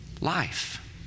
life